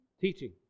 teaching